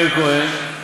מאיר כהן,